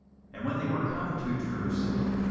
and when they were come to jerusalem,